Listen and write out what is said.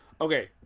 okay